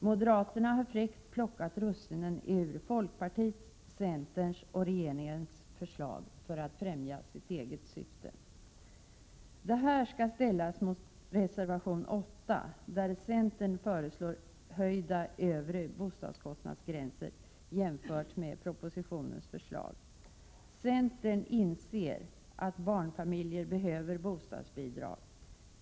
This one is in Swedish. Moderaterna har helt fräckt plockat russinen ur folkpartiets, centerns och regeringens förslag för att främja sina egna syften. Det här skall ställas mot reservation 8, där centern föreslår höjda övre bostadskostnadsgränser, jämfört med propositionens förslag. Centern inser att barnfamiljer behöver bostadsbidrag.